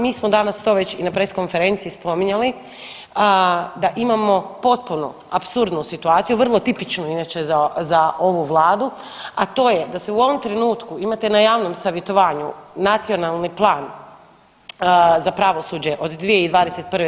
Mi smo danas to već i na press konferenciji spominjali, da imamo potpuno apsurdnu situaciju, vrlo tipičnu inače za ovu Vladu, a to je da se u ovom trenutku imate na javnom savjetovanju Nacionalni plan za pravosuđe od 2021.